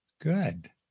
Good